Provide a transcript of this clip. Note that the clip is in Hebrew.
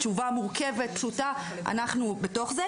תשובה מורכבת, פשוטה, אנחנו בתוך זה.